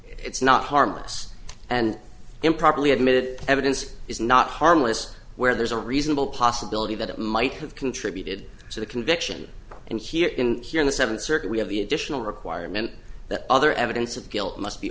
it's not harmless and improperly admitted evidence is not harmless where there's a reasonable possibility that it might have contributed to the conviction and here in here in the seventh circuit we have the additional requirement that other evidence of guilt must be